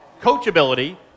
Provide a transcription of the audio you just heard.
Coachability